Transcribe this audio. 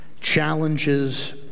challenges